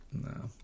No